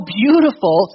beautiful